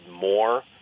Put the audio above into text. more